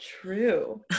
true